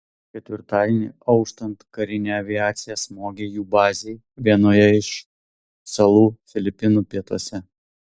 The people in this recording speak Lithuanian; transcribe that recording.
ketvirtadienį auštant karinė aviacija smogė jų bazei vienoje iš salų filipinų pietuose